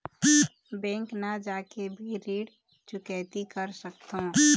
Bank न जाके भी ऋण चुकैती कर सकथों?